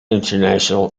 international